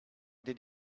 did